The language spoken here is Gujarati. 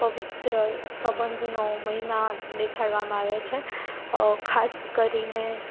પવિત્ર સંબંધનો મહિમા દેખાડવામાં આવે છે ખાસ કરીને